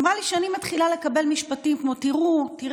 היא אמרה לי שהיא מתחילה לקבל משפטים כמו: תראי,